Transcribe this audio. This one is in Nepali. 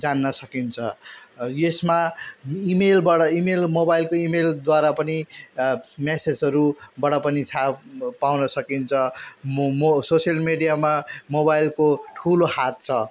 जान्न सकिन्छ यसमा इमेलबाट इमेल मोबाइलको इमेलद्वारा पनि म्यासेजहरूबाट पनि थाह पाउन सकिन्छ म म सोसियल मिडियामा मोबाइलको ठुलो हात छ